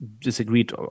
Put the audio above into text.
disagreed